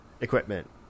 equipment